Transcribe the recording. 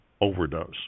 overdose